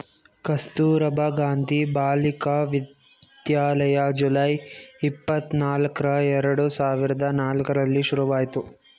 Kasturba Gandhi Balika Vidyalaya July, ಇಪ್ಪತನಲ್ಕ್ರ ಎರಡು ಸಾವಿರದ ನಾಲ್ಕರಲ್ಲಿ ಶುರುವಾಯ್ತು